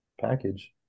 package